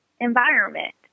environment